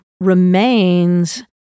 remains